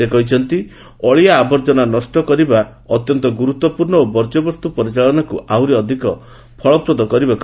ସେ କହିଛନ୍ତି ଅଳିଆ ଆବର୍ଜନା ନଷ୍ଟ କରିବା ଅତ୍ୟନ୍ତ ଗୁରୁତ୍ୱପୂର୍ଣ୍ଣ ଓ ବର୍ଜ୍ୟବସ୍ତୁ ପରିଚାଳନାକୁ ଆହୁରି ଅଧିକ ଫଳପ୍ରଦ କରିବାକୁ